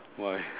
why